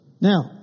Now